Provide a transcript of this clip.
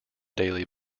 daily